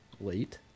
late